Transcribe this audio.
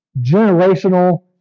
generational